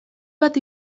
bat